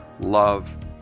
love